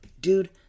Dude